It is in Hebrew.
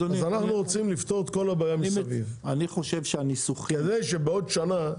אנחנו רוצים לפתור את כל הבעיה מסביב כדי שבעוד שנה,